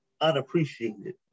unappreciated